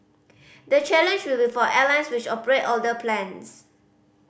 the challenge will be for airlines which operate older planes